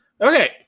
Okay